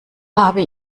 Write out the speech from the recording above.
habe